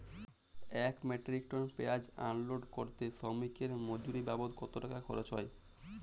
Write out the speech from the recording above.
এক metric ton পেঁয়াজ unload করতে শ্রমিকের মজুরি বাবদ কত খরচ হয়?